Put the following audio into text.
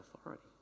authority